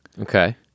Okay